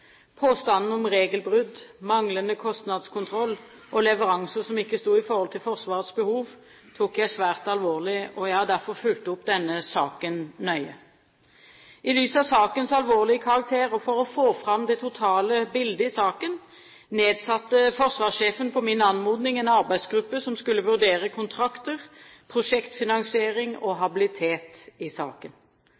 Påstanden om regelbrudd, manglende kostnadskontroll og leveranser som ikke sto i forhold til Forsvarets behov, tok jeg svært alvorlig, og jeg har derfor fulgt opp denne saken nøye. I lys av sakens alvorlige karakter og for å få fram det totale bildet i saken nedsatte forsvarssjefen på min anmodning en arbeidsgruppe som skulle vurdere kontrakter, prosjektfinansiering og